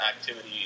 activity